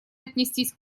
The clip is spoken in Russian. отнестись